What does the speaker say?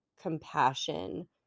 compassion